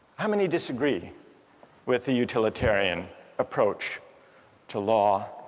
how many disagree with the utilitarian approach to law